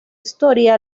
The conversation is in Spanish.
historia